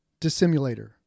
Dissimulator